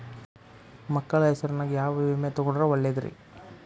ಮಕ್ಕಳ ಹೆಸರಿನ್ಯಾಗ ಯಾವ ವಿಮೆ ತೊಗೊಂಡ್ರ ಒಳ್ಳೆದ್ರಿ?